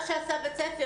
מה שעשה בית הספר,